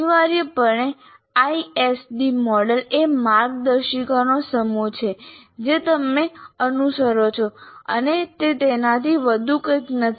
અનિવાર્યપણે ISD model એ માર્ગદર્શિકાઓનો સમૂહ છે જે તમે અનુસરો છો અને તે તેનાથી વધુ કંઇ નથી